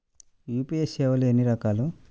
UPI సేవలు ఎన్నిరకాలు?